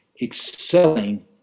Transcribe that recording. excelling